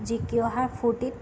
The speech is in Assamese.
জিকি অহাৰ ফূৰ্তিত